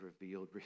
revealed